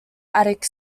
attic